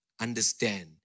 Understand